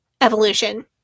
evolution